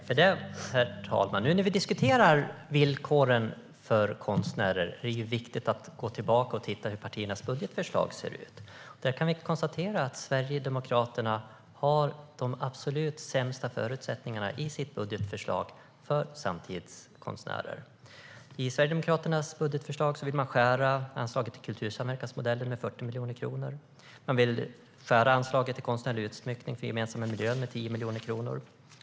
Herr talman! När vi diskuterar villkoren för konstnärer är det viktigt att gå tillbaka och titta på hur partiernas budgetförslag ser ut. Vi kan konstatera att Sverigedemokraterna har de absolut sämsta förutsättningarna i sitt budgetförslag för samtidskonstnärer. I Sverigedemokraternas budgetförslag vill man skära ned anslaget till kultursamverkansmodellen med 40 miljoner kronor och skära ned anslaget till konstnärlig utsmyckning för den gemensamma miljön med 10 miljoner kronor.